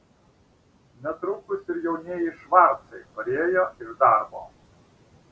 netrukus ir jaunieji švarcai parėjo iš darbo